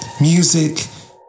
Music